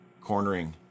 cornering